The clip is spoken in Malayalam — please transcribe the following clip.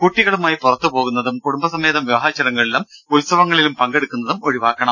കുട്ടികളുമായി പുറത്തു പോകുന്നതും കുടുംബസമേതം വിവാഹച്ചടങ്ങുകളിലും ഉത്സവങ്ങളിലും പങ്കെടുക്കുന്നതും ഒഴിവാക്കണം